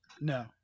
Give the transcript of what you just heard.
No